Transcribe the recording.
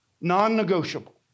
Non-negotiable